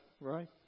right